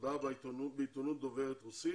מודעה בעיתונות דוברת רוסית